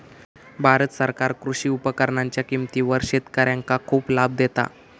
भारत सरकार कृषी उपकरणांच्या किमतीवर शेतकऱ्यांका खूप लाभ देता